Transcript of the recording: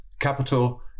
capital